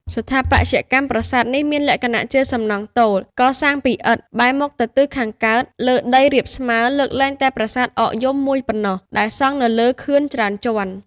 ស្ថាបត្យកម្មរ ប្រាសាទនេះមានលក្ខណៈជាសំណង់ទោល កសាងពីឥដ្ឋ បែរមុខទៅទិសខាងកើត លើដីរាបស្មើលើកលែងតែប្រាសាទអកយំមួយប៉ុណ្ណោះ ដែលសង់នៅលើខឿនច្រើនជាន់។